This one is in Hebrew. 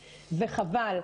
וחבל.